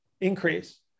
increase